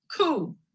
Cool